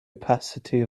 opacity